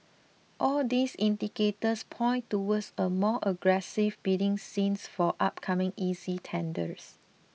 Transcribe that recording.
all these indicators point towards a more aggressive bidding scene for upcoming E C tenders